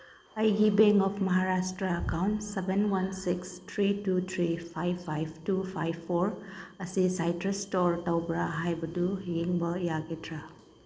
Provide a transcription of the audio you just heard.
ꯑꯩꯒꯤ bank of Maharashtra account seven one six three two three five five two five four ꯑꯁꯤ ꯁꯥꯏꯇ꯭ꯔꯁ ꯏꯁꯇꯣꯔ ꯇꯧꯕ꯭ꯔꯥ ꯍꯥꯏꯕꯗꯨ ꯌꯦꯡꯕ ꯌꯥꯒꯗ꯭ꯔꯥ